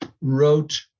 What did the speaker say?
wrote